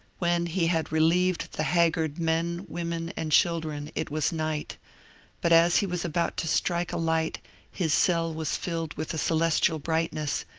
when he had relieved the haggard men, women, and children it was night but as he was about to strike a light his cell was filled with a celestial brightness,